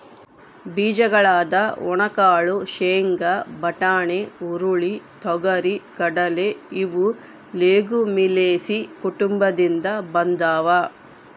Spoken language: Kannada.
ಬೀಜಗಳಾದ ಒಣಕಾಳು ಶೇಂಗಾ, ಬಟಾಣಿ, ಹುರುಳಿ, ತೊಗರಿ,, ಕಡಲೆ ಇವು ಲೆಗುಮಿಲೇಸಿ ಕುಟುಂಬದಿಂದ ಬಂದಾವ